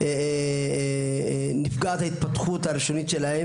כזאת, פוגעת בהתפתחות הראשונית של הילדים.